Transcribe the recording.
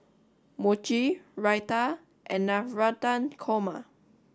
Mochi Raita and Navratan Korma